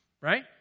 right